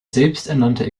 selbsternannte